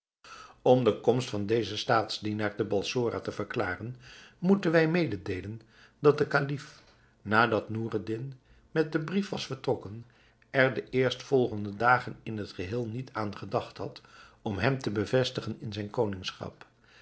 om de komst van dezen staatsdienaar te balsora te verklaren moeten wij mededeelen dat de kalif nadat noureddin met den brief was vertrokken er de eerstvolgende dagen in het geheel niet aan gedacht had om hem te bevestigen in zijn